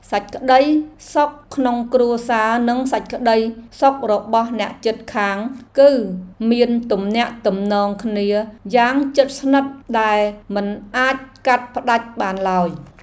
សេចក្តីសុខក្នុងគ្រួសារនិងសេចក្តីសុខរបស់អ្នកជិតខាង គឺមានទំនាក់ទំនងគ្នាយ៉ាងជិតស្និទ្ធដែលមិនអាចកាត់ផ្តាច់បានឡើយ។